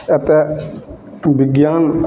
एतऽके बिज्ञान